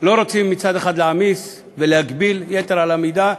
לא רוצים, מצד אחד, להעמיס ולהגביל יתר על המידה.